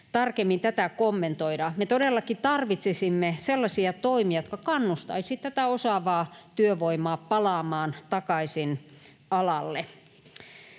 tarkemmin tätä kommentoida? Me todellakin tarvitsisimme sellaisia toimia, jotka kannustaisivat tätä osaavaa työvoimaa palaamaan takaisin alalle.